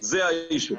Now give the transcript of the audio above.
זה האישיו.